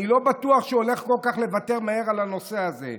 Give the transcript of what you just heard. אני לא בטוח שהוא הולך לוותר כל כך מהר על הנושא הזה.